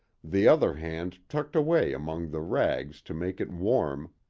the other hand tucked away among the rags to make it warm,